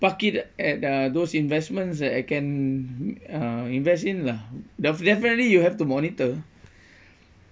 park it at uh those investments that I can uh invest in lah def~ definitely you have to monitor